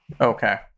okay